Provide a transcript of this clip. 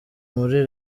muri